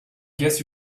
guess